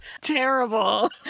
terrible